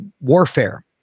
warfare